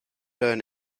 learn